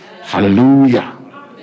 Hallelujah